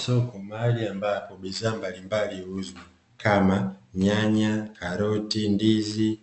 Soko mahali ambapo bidhaa huuzwa kama nyanya, karoti, ndizi,